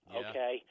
okay